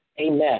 Amen